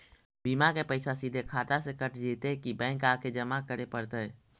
बिमा के पैसा सिधे खाता से कट जितै कि बैंक आके जमा करे पड़तै?